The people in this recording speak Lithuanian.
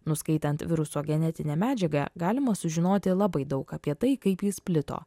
nuskaitant viruso genetinę medžiagą galima sužinoti labai daug apie tai kaip jis plito